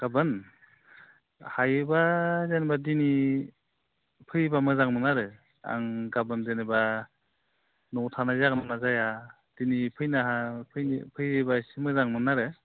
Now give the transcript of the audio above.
गाबोन हायोबा जेनेबा दिनै फैयोबा मोजांमोन आरो आं गाबोन जेनेबा न'आव थानाय जागोनना जाया दिनै फैनो हायोबा फैयोबा एसे मोजांमोन आरो